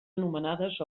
anomenades